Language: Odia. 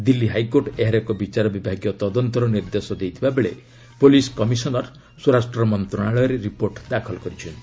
ଦିଲ୍ଲୀ ହାଇକୋର୍ଟ ଏହାର ଏକ ବିଚାର ବିଭାଗୀୟ ତଦନ୍ତର ନିର୍ଦ୍ଦେଶ ଦେଇଥିବା ବେଳେ ପୁଲିସ୍ କମିଶନର ସ୍ୱରାଷ୍ଟ୍ର ମନ୍ତ୍ରଣାଳୟରେ ରିପୋର୍ଟ ଦାଖଲ କରିଛନ୍ତି